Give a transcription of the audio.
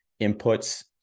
inputs